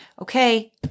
okay